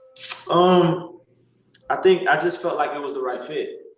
um i think i just felt like it was the right fit.